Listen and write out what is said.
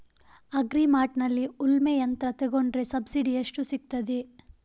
Agri ಮಾರ್ಟ್ನಲ್ಲಿ ಉಳ್ಮೆ ಯಂತ್ರ ತೆಕೊಂಡ್ರೆ ಸಬ್ಸಿಡಿ ಎಷ್ಟು ಸಿಕ್ತಾದೆ?